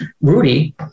Rudy